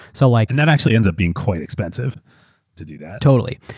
so like and that actually ends up being quite expensive to do that. totally,